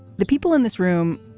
the people in this room,